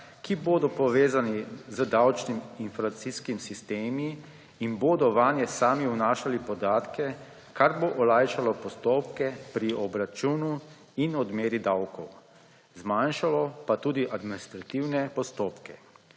ki bodo povezani z davčnimi informacijskimi sistemi in bodo vanje sami vnašali podatke, kar bo olajšalo postopke pri obračunu in odmeri davkov, zmanjšalo pa tudi administrativne postopke.